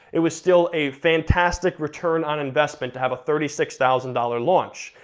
it was still a fantastic return on investment to have a thirty six thousand dollars launch.